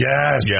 Yes